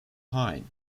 hine